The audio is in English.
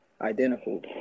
identical